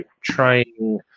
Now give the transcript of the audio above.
trying